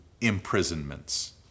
imprisonments